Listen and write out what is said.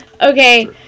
Okay